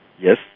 Yes